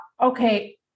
okay